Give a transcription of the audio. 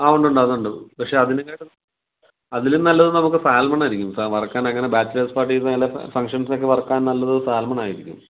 ആ ഉണ്ട് ഉണ്ട് അതൊണ്ട് പക്ഷേ അതിനേക്കാട്ടും അതിലും നല്ലത് നമുക്ക് സാൽമൺ ആയിരിക്കും വറക്കാൻ അങ്ങനെ ബാച്ചിലേഴ്സ് പാർട്ടിക്കും അങ്ങനെ ഫംഗ്ഷൻസിനൊക്കെ വറക്കാൻ നല്ലത് സാൽമൺ ആയിരിക്കും